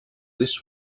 this